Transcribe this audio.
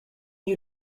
you